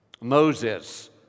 Moses